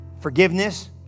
forgiveness